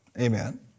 Amen